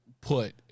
put